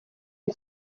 iyi